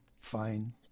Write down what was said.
fine